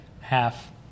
half